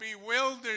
bewildered